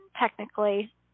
technically